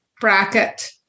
bracket